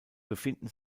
befinden